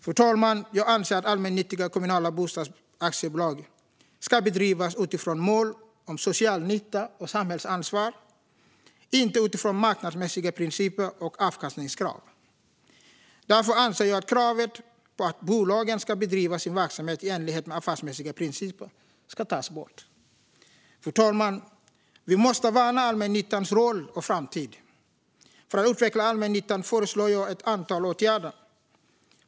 Fru talman! Jag anser att allmännyttiga kommunala bostadsaktiebolag ska drivas utifrån mål om social nytta och samhällsansvar, inte utifrån marknadsmässiga principer och avkastningskrav. Därför anser jag att kravet på att bolagen ska bedriva sin verksamhet i enlighet med affärsmässiga principer ska tas bort. Fru talman! Vi måste värna allmännyttans roll och framtid. För att utveckla allmännyttan föreslår jag ett antal åtgärder.